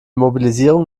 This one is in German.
mobilisierung